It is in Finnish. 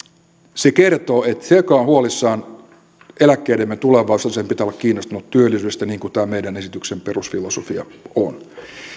se kertoo että sen joka on huolissaan eläkkeidemme tulevaisuudesta pitää olla kiinnostunut työllisyydestä niin kuin tämän meidän esityksemme perusfilosofia on